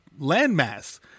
landmass